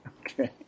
Okay